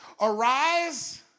arise